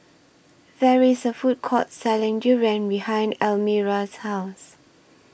There IS A Food Court Selling Durian behind Elmira's House